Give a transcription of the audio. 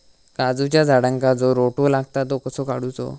काजूच्या झाडांका जो रोटो लागता तो कसो काडुचो?